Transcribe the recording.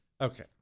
Okay